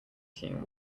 team